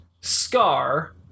Scar